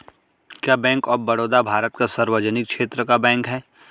क्या bank of Baroda Bharat का सार्वजनिक क्षेत्र का बैंक है?